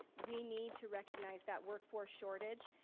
we need to recognize that workforce shortage.